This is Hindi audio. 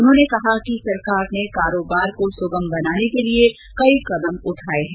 उन्होंने कहा कि सरकार ने कारोबार को सुगम बनाने के लिए कई कदम उठाए हैं